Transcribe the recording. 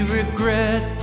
regret